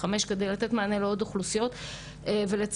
וכאן אני לא יודעת להגיד אם צריך להרחיב את החוק,